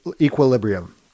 equilibrium